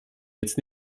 jetzt